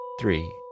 three